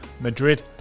Madrid